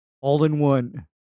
All-in-one